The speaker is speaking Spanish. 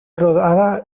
rodada